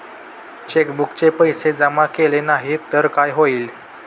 चेकबुकचे पैसे जमा केले नाही तर काय होईल?